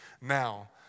now